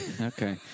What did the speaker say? Okay